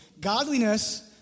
Godliness